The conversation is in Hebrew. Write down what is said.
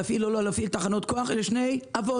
להפעיל או לא להפעיל תחנות כוח אלה שני אבות,